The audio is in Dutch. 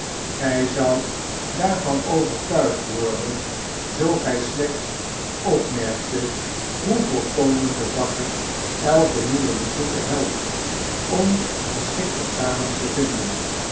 gy zoudt daarvan overtuigd worden zoo gij slechts opmerktet hoe voorkomend de bakker elken nieuwen bezoeker helpt om geschikte kamers te vinden